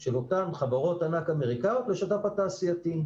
של אותן חברות ענק אמריקאיות לשת"פ התעשייתי.